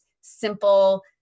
simple